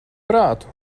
prātu